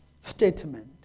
statement